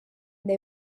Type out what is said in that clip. they